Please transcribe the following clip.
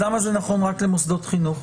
למה זה נכון רק למוסדות חינוך?